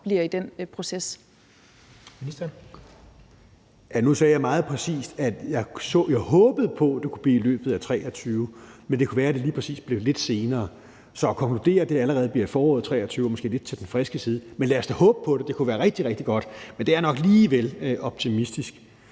fiskeri (Rasmus Prehn): Nu sagde jeg meget præcist, at jeg håbede på, at det kunne blive i løbet af 2023, men at det kunne være, at det lige præcis blev lidt senere. Så at konkludere, at det allerede bliver i foråret 2023, er måske lidt til den friske side. Men lad os da håbe på det. Det kunne være rigtig, rigtig godt. Men det er nok lige vel optimistisk.